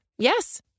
Yes